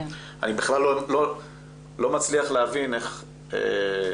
אני בכלל לא מצליח להבין איך ב-2020